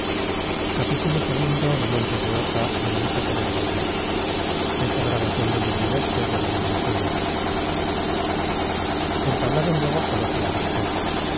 entablaron luego coloquio amistoso